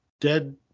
dead